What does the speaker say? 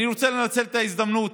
אני רוצה לנצל את ההזדמנות